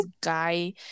guy